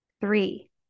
Three